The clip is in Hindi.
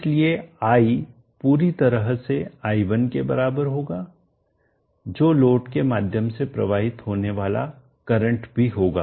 इसलिए i पूरी तरह से i1 के बराबर होगा जो लोड के माध्यम से प्रवाहित होने वाला करंट भी होगा